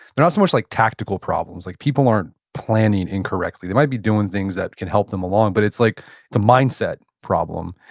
they're not so much like tactical problems. like people aren't planning incorrectly. they might be doing things that can help them along, but it's like it's a mindset problem.